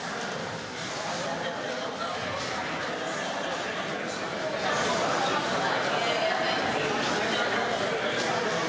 Tak.